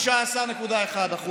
16.1%,